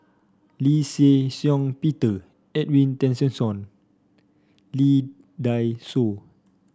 Lee Shih Shiong Peter Edwin Tessensohn Lee Dai Soh